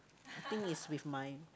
think is with my